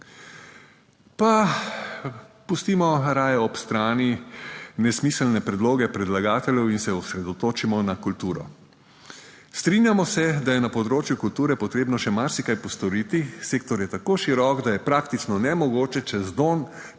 Pa pustimo raje ob strani nesmiselne predloge predlagateljev in se osredotočimo na kulturo. Strinjamo se, da je na področju kulture potrebno še marsikaj postoriti. Sektor je tako širok, da je praktično nemogoče čez noč,